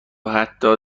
حتی